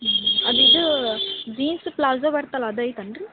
ಹ್ಞೂ ಅದು ಇದು ಜೀನ್ಸ್ ಪ್ಲಾಜ ಬರತ್ತಲ್ಲ ಅದು ಐತೇನ್ರೀ